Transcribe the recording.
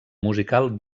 musical